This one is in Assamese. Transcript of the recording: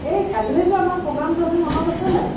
এই কাইলৈ যে আমাৰ প্ৰগ্ৰামটো আছে মনত আছে নাই